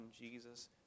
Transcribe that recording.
Jesus